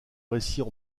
récits